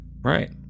right